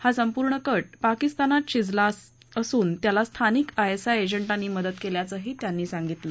हा संपूर्ण कट पाकिस्तानात शिजला असून त्याला स्थानिक आयएसआय एजंटांनी मदत केल्याचंही त्यांनी सांगितलं